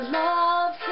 love